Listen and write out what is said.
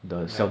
ya